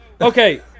okay